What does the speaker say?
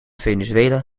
venezuela